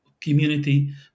community